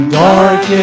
dark